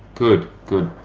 good, good.